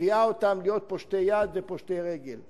מביאה אותם להיות פושטי יד ופושטי רגל.